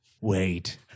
wait